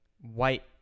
white